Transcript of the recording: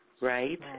right